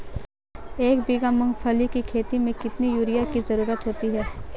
एक बीघा मूंगफली की खेती में कितनी यूरिया की ज़रुरत होती है?